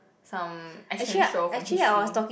some action show from history